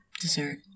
dessert